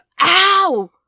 ow